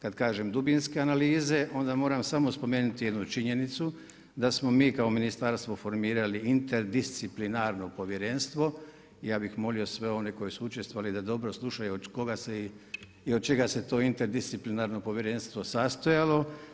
Kad kažem dubinske analize, onda moram samo spomenuti jednu činjenicu, da smo mi kao ministarstvo formirali interdisciplinarno povjerenstvo i ja bi molio sve one koji su učestvovali da dobro slušaju od koga se i od čega se to interdisciplinarno povjerenstvo sastojalo.